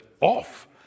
off